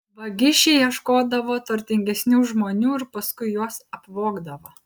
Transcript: vagišiai ieškodavo turtingesnių žmonių ir paskui juos apvogdavo